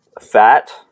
fat